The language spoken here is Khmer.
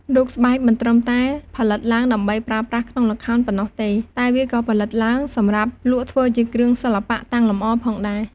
រូបស្បែកមិនត្រឹមតែផលិតឡើងដើម្បីប្រើប្រាស់ក្នុងល្ខោនប៉ុណ្ណោះទេ តែវាក៏ផលិតឡើងសម្រាប់លក់ធ្វើជាគ្រឿងសិល្បៈតាំងលម្អផងដែរ។